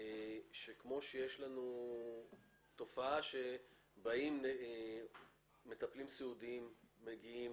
שכמו שיש לנו תופעה שמטפלים סיעודיים מגיעים